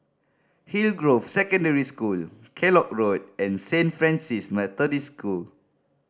Hillgrove Secondary School Kellock Road and Saint Francis Methodist School